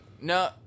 No